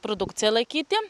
produkciją laikyti